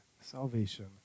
Salvation